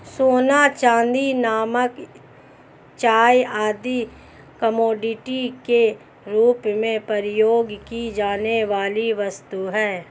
सोना, चांदी, नमक, चाय आदि कमोडिटी के रूप में प्रयोग की जाने वाली वस्तुएँ हैं